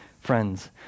friends